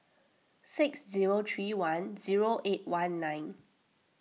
six zero three one zero eight one nine